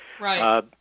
Right